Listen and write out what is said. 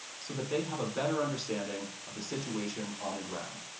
so that they have a better understanding of the situation on the ground.